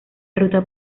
ruta